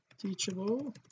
teachable